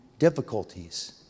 difficulties